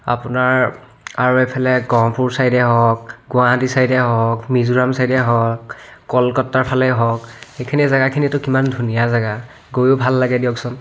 আপোনাৰ আৰু এইফালে গহপুৰ ছাইডে হওক গুৱাহাটী ছাইডে হওক মিজোৰাম ছাইডে হওক কলকাতাৰ ফালেই হওক এইখিনি জেগাখিনি এইটো কিমান ধুনীয়া জেগা গৈয়ো ভাল লাগে দিয়কচোন